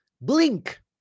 blink